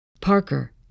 Parker